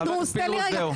פינדרוס, זהו.